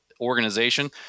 organization